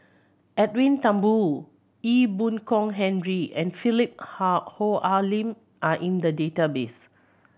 Edwin Thumboo Ee Boon Kong Henry and Philip Hoalim are in the database